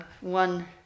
one